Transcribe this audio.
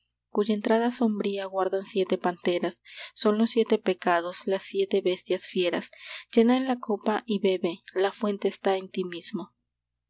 cuya entrada sombría guardan siete panteras son los siete pecados las siete bestias fieras llena la copa y bebe la fuente está en ti mismo